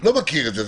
לא מכיר את זה.